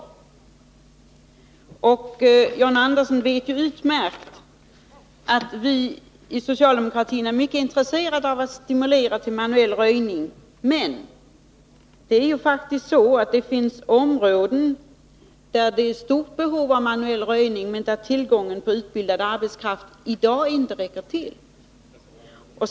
John Andersson vet utmärkt väl att vi i socialdemokratin är mycket intresserade av att stimulera till manuell röjning. Men det finns faktiskt områden där det är stort behov av manuell röjning men där den utbildade arbetskraften i dag inte räcker till.